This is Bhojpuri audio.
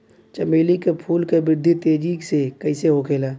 चमेली क फूल क वृद्धि तेजी से कईसे होखेला?